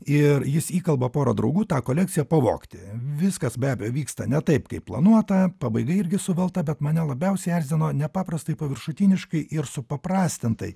ir jis įkalba porą draugų tą kolekciją pavogti viskas be abejo vyksta ne taip kaip planuota pabaiga irgi suvelta bet mane labiausiai erzino nepaprastai paviršutiniškai ir supaprastintai